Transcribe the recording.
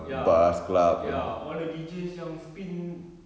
ya ya all the deejays yang spin